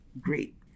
great